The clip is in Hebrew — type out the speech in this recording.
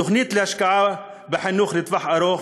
תוכנית להשקעה בחינוך לטווח ארוך,